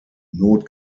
not